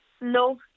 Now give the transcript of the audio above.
no